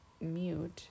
Mute